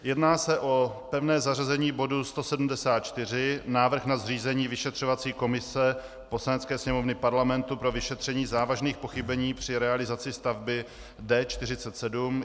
Jedná se o pevné zařazení bodu 174, návrh na zřízení vyšetřovací komise Poslanecké sněmovny Parlamentu pro vyšetření závažných pochybení při realizaci stavby D47.